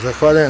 Zahvaljujem.